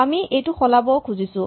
আমি এইটো সলাব খুজিছোঁ